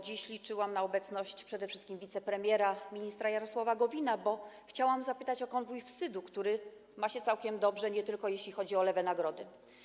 Dziś liczyłam na obecność przede wszystkim wicepremiera, ministra Jarosława Gowina, bo chciałam zapytać o konwój wstydu, który ma się całkiem dobrze, nie tylko jeśli chodzi o lewe nagrody.